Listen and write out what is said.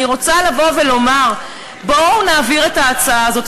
אני רוצה לבוא ולומר: בואו נעביר את ההצעה הזאת.